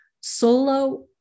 solo